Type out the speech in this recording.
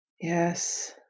Yes